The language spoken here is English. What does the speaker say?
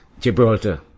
Gibraltar